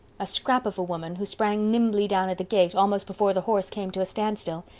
a scrap of a woman who sprang nimbly down at the gate almost before the horse came to a standstill.